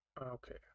okay